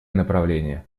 направление